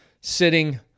sitting